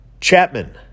Chapman